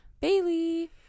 bailey